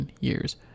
years